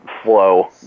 flow